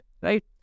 Right